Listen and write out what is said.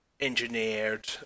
engineered